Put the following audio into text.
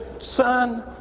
son